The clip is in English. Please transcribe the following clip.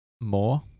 more